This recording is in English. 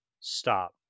stop